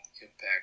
impact